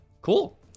cool